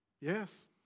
yes